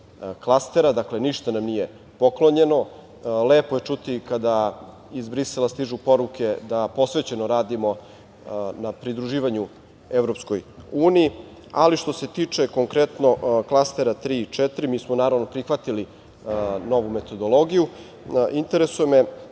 dakle ništa nam nije poklonjeno. Lepo je čuti kada iz Brisela stižu poruke da posvećeno radimo na pridruživanju EU, ali što se tiče konkretno, klastera 3 i 4. Mi smo, naravno, prihvatili novu metodologiju. Interesuje me